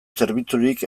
zerbitzurik